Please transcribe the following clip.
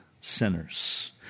sinners